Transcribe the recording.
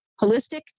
Holistic